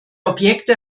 objekte